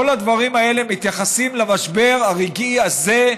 כל הדברים האלה מתייחסים למשבר הרגעי הזה,